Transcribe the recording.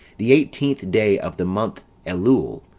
the eighteenth day of the month elul,